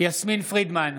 יסמין פרידמן,